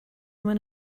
went